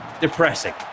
depressing